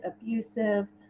abusive